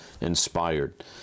inspired